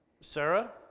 Sarah